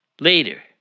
Later